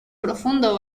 profundo